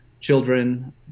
children